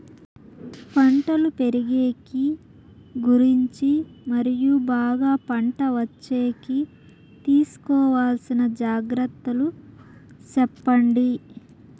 పంటలు పెరిగేకి గురించి మరియు బాగా పంట వచ్చేకి తీసుకోవాల్సిన జాగ్రత్త లు సెప్పండి?